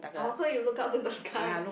oh so you look up to the sky